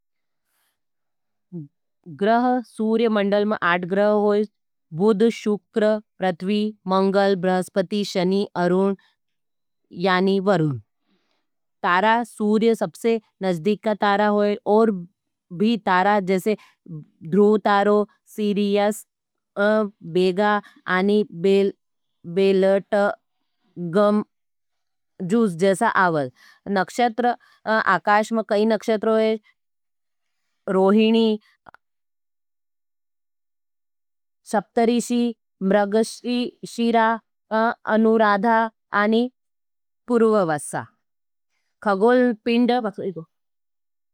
ग्रह, सूर्यमंडल में आठ ग्रह होई, बुद, शुक्र, प्रत्वी, मंगल, ब्रहस्पती, शणी, अरून, यानी वरून। तारा, सूर्य सबसे नज़दीक का तारा होई, और भी तारा, जैसे ध्रूव, तारो, सीरियस, बेगा, आणी बेलट, गम, जूस जैसा आवल। नक्षत्र, आकाश में कई नक्षत्र होई, रोहिणी, सप्तरिशी, म्रगशी, शीरा, अनूराधा, आणी, पुरुभवस्सा।